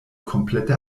komplette